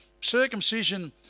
Circumcision